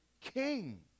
King